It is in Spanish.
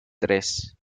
tres